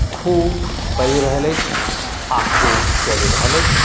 खूब बढ़ि रहल अछि आ खूब चलि रहल अछि